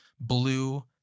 blue